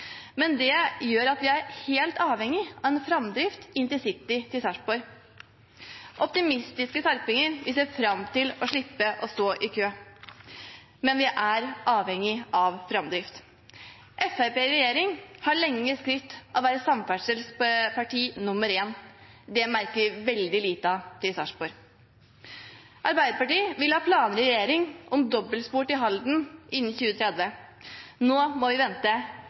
men det gjør at vi er helt avhengig av en framdrift i intercity til Sarpsborg. Optimistiske sarpinger ser fram til å slippe å stå i kø, men vi er avhengige av framdrift. Fremskrittspartiet i regjering har lenge skrytt av at det er samferdselsparti nr. 1. Det merker vi veldig lite av i Sarpsborg. Arbeiderpartiet la planer i regjering om dobbeltspor til Halden innen 2030. Nå må vi vente